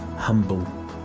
humble